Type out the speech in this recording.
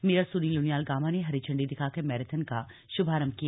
mayor Sunil Uniyal Gama ने हरी झंडी दिखाकर मैराथन का शुभारंभ किया